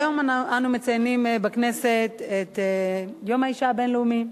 היום אנו מציינים בכנסת את יום האשה הבין-לאומי.